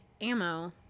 ammo